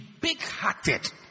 big-hearted